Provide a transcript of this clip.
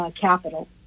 Capital